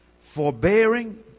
forbearing